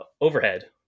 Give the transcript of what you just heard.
overhead